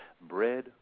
Bread